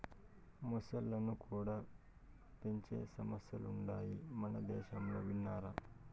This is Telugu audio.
మొసల్లను కూడా పెంచే సంస్థలుండాయి మనదేశంలో విన్నారా